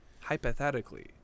hypothetically